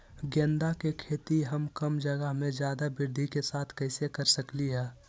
गेंदा के खेती हम कम जगह में ज्यादा वृद्धि के साथ कैसे कर सकली ह?